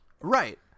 right